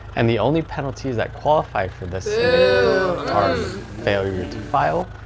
and the only penalty that qualify for this abatement are the failure to file,